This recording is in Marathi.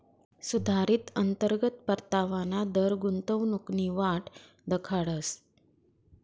सुधारित अंतर्गत परतावाना दर गुंतवणूकनी वाट दखाडस